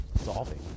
solving